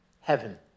Heaven